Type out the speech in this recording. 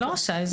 לא רשאי.